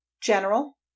General